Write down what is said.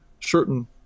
certain